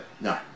No